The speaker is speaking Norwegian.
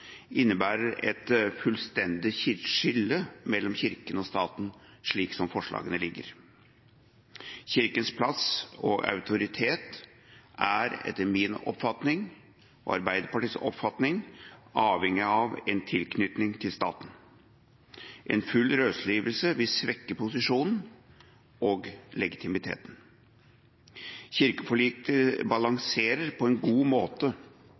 innebærer – som saksordføreren har redegjort for − et fullstendig skille mellom Kirken og staten, slik som forslagene ligger. Kirkens plass og autoritet er etter min og Arbeiderpartiets oppfatning avhengig av en tilknytning til staten. En full løsrivelse vil svekke posisjonen og legitimiteten. Kirkeforliket balanserer på en god måte